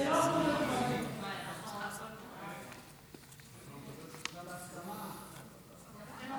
זה סמכות של חוץ וביטחון, לא של חוקה.